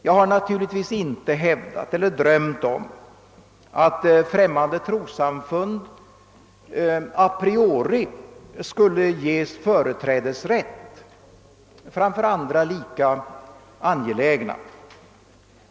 Jag har naturligtvis inte hävdat eller drömt om att ansökningar från ett främmande trossamfund a priori skulle ges företrädesrätt framför andra lika angelägna.